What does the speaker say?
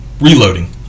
reloading